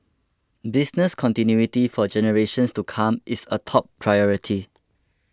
business continuity for generations to come is a top priority